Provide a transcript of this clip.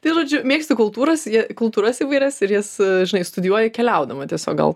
tai žodžiu mėgsti kultūras jie kultūras įvairias ir jas dažnai studijuoji keliaudama tiesiog gal